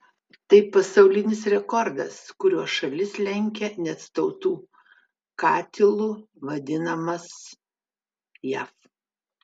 tai pasaulinis rekordas kuriuo šalis lenkia net tautų katilu vadinamas jav